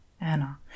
Anna